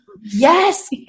Yes